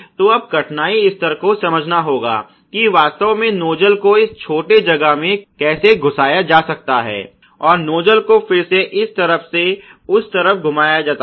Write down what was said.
तो आपको कठिनाई स्तर को समझना होगा की वास्तव मे नोजल को इस छोटे जगह में कैसे घुसाया जाता है और नोजल को फिर से इस तरफ से उस तरफ घुमाया जाता है